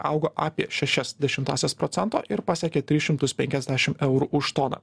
augo apie šešias dešimtąsias procento ir pasiekė tris šimtus penkiasdešim eurų už toną